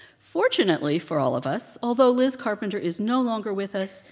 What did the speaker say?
fortunately for all of us, although liz carpenter is no longer with us,